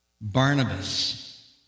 Barnabas